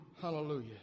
Hallelujah